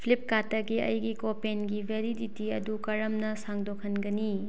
ꯐ꯭ꯂꯤꯞꯀꯥꯔꯠꯇꯒꯤ ꯑꯩꯒꯤ ꯀꯣꯄꯦꯟꯒꯤ ꯚꯦꯂꯤꯗꯤꯇꯤ ꯑꯗꯨ ꯀꯔꯝꯅ ꯁꯥꯡꯗꯣꯛꯍꯟꯒꯅꯤ